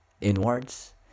inwards